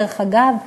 דרך אגב,